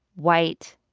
white,